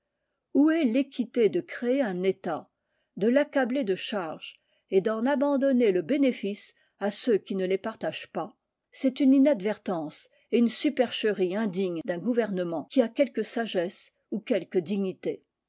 où est l'équité de créer un état de l'accabler de charges et d'en abandonner le bénéfice à ceux qui ne les partagent pas c'est une inadvertance et une supercherie indigne d'un gouvernement qui a quelque sagesse ou quelque dignité